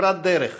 כברת דרך